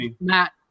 Matt